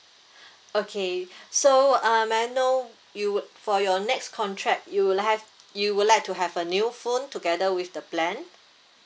okay so um may I know you would for your next contract you would have you would like to have a new phone together with the plan